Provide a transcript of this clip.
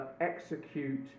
execute